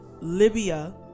libya